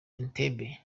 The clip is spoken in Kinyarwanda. entebbe